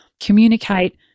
communicate